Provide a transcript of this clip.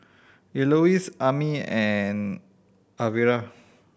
Elouise Amey and Alvera